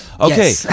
Okay